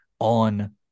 on